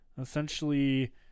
essentially